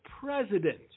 president